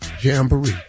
Jamboree